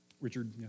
Richard